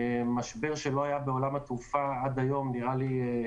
משבר שלא היה בעולם התעופה עד היום מעולם.